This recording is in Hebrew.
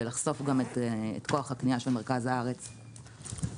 לחשוף את כוח הקנייה של מרכז הארץ לאיכרים.